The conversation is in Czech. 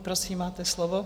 Prosím, máte slovo.